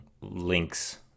links